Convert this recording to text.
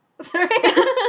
Sorry